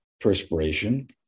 perspiration